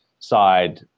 Side